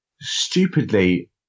stupidly